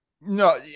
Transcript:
No